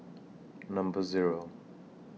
Number Zero